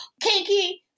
kinky